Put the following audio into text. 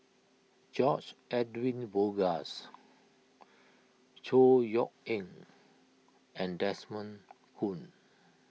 George Edwin Bogaars Chor Yeok Eng and Desmond Kon